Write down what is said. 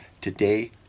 today